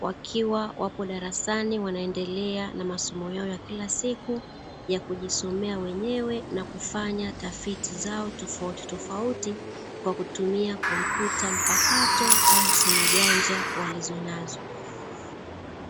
wakiwa wapo darasani, wanaendelea na masomo yao ya kila siku ya kujisomea wenyewe na kufanya tafiti zao tofautitofauti kwa kutumia kompyuta mpakato au simu janja walizonazo.